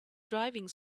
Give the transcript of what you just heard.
driving